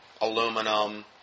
aluminum